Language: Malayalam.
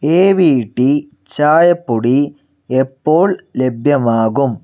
എവിടി ചായപ്പൊടി എപ്പോൾ ലഭ്യമാകും